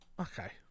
Okay